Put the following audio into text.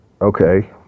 Okay